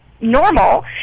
normal